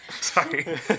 sorry